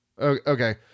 okay